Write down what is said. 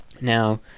Now